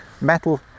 metal